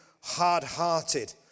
hard-hearted